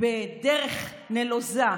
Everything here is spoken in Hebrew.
בדרך נלוזה,